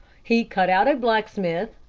he cut out a blacksmith,